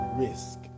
risk